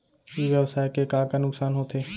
ई व्यवसाय के का का नुक़सान होथे?